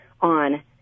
on